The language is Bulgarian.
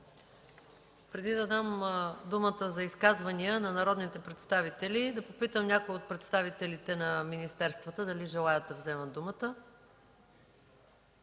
Преди да дам думата за изказвания на народните представители, да попитам някои от представителите на министерствата дали желаят да вземат думата?